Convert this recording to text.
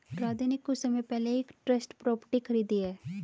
राधे ने कुछ समय पहले ही एक ट्रस्ट प्रॉपर्टी खरीदी है